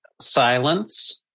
silence